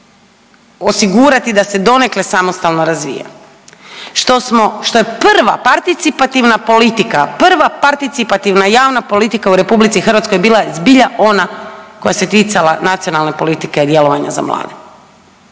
osigurati da se donekle samostalno razvija, što smo, što je prva participativna politika, prva participativna javna politika u RH bila zbilja ona koja se ticala nacionalne politike djelovanja za mlade,